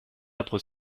âpre